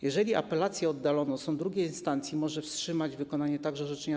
Jeżeli apelację oddalono, sąd II instancji może wstrzymać wykonanie także orzeczenia